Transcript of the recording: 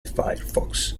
firefox